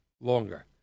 Longer